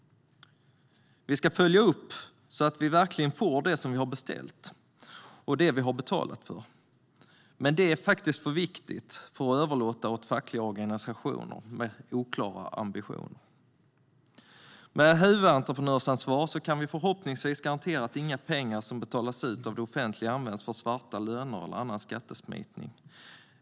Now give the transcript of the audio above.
Vi ska följa upp, så att vi verkligen får det vi har beställt och det vi har betalat för. Men det är för viktigt för att överlåta åt fackliga organisationer med oklara ambitioner. Med huvudentreprenörsansvar kan vi förhoppningsvis garantera att inga pengar som betalas ut av det offentliga används för svarta löner eller annan skattesmitning.